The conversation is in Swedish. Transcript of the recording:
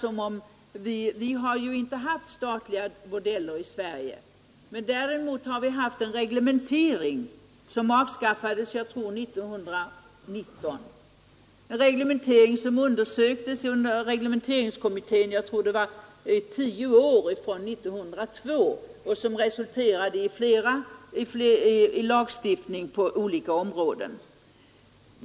Vi har inte haft statliga bordeller i Sverige, men däremot har vi haft en reglementering som avskaffats — jag tror att det var 1919. Denna reglementering undersöktes av reglementeringskommittén under, tror jag, ungefär tio år från 1902. Resultatet härav blev lagstiftning på olika områden.